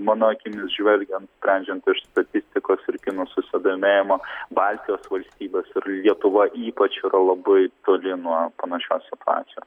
mano akimis žvelgiant sprendžiant iš statistikos ir kinų susidomėjimo baltijos valstybės ir lietuva ypač yra labai toli nuo panašios situacijos